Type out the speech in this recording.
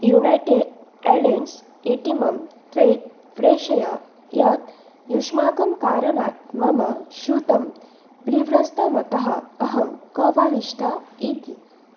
United Airlines इति मम त्वरित् प्रेषय यत् युष्माकं कारणात् मम स्यूतं विव्रस्तमतः अहं कोपाविष्टा इति